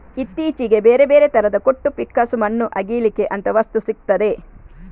ಇತ್ತೀಚೆಗೆ ಬೇರೆ ಬೇರೆ ತರದ ಕೊಟ್ಟು, ಪಿಕ್ಕಾಸು, ಮಣ್ಣು ಅಗೀಲಿಕ್ಕೆ ಅಂತ ವಸ್ತು ಸಿಗ್ತದೆ